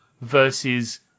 versus